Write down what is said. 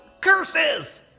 Curses